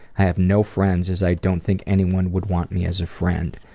i have no friends as i don't think anyone would want me as a friend.